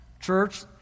church